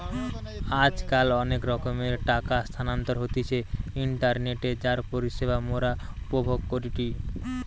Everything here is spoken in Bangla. আজকাল অনেক রকমের টাকা স্থানান্তর হতিছে ইন্টারনেটে যার পরিষেবা মোরা উপভোগ করিটি